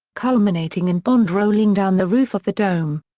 culminating in bond rolling down the roof of the dome.